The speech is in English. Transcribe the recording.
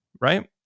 right